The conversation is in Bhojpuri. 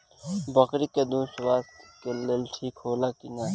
बकरी के दूध स्वास्थ्य के लेल ठीक होला कि ना?